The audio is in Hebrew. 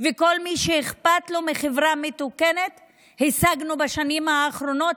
וכל מי שאכפת לו מחברה מתוקנת השיגו בשנים האחרונות.